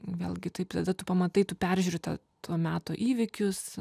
vėlgi taip tada tu pamatai tų peržiūri tą to meto įvykius